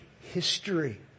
history